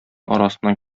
арасыннан